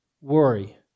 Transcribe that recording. Worry